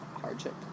hardship